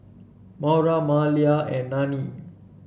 Maura Malia and Nannie